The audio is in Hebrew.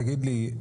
תגיד לי,